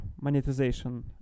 monetization